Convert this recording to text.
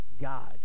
God